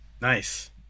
Nice